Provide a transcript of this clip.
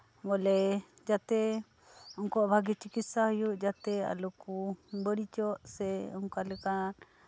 ᱵᱚᱞᱮ ᱡᱟᱛᱮ ᱩᱱᱠᱩᱣᱟᱜ ᱵᱷᱟᱹᱜᱤ ᱪᱤᱠᱤᱛᱥᱟ ᱦᱩᱭᱩᱜ ᱡᱟᱛᱮ ᱟᱞᱚ ᱠᱚ ᱵᱟᱹᱲᱤᱡᱚᱜ ᱥᱮ ᱚᱱᱠᱟ ᱞᱮᱠᱟ